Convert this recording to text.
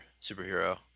superhero